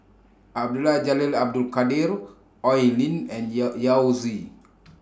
Abdul Jalil Abdul Kadir Oi Lin and Yao Yao Zi